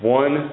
one